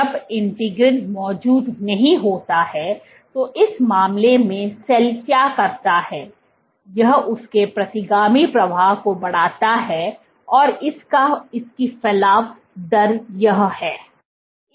जब इंटीग्रिन मौजूद नहीं होता है तो इस मामले में सेल क्या करता है यह उसके प्रतिगामी प्रवाह को बढ़ाता है और इसकी फलाव दर यह है